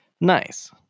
Nice